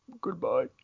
goodbye